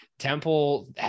temple